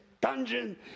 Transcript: dungeon